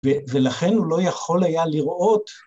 ולכן הוא לא יכול היה לראות